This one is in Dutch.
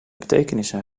betekenissen